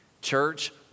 Church